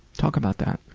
talk about that.